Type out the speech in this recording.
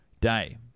day